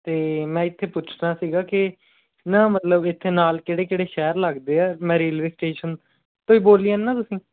ਅਤੇ ਮੈਂ ਇੱਥੇ ਪੁੱਛਣਾ ਸੀਗਾ ਕਿ ਨਾ ਮਤਲਬ ਇੱਥੇ ਨਾਲ ਕਿਹੜੇ ਕਿਹੜੇ ਸ਼ਹਿਰ ਲੱਗਦੇ ਆ ਮੈਂ ਰੇਲਵੇ ਸਟੇਸ਼ਨ ਕੋਈ ਬੋਲੀਆਂ ਨਾ ਤੁਸੀਂ